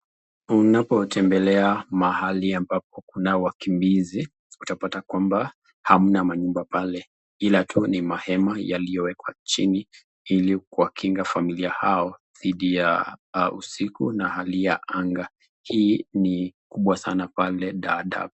Unapotembelea mahali ambapo kuna wakimbizi utapata kwamba hamna manyumba pale ila tu ni mahema yaliyowekwa chini ili kuwakinga familia hao dhidi ya usiku na hali ya anga. Hii ni kubwa sana pale Dada.